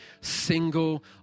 single